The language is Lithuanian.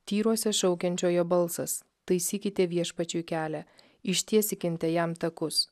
tyruose šaukiančiojo balsas taisykite viešpačiui kelią ištiesykinte jam takus